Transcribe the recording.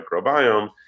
microbiome